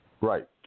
Right